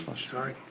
sorry.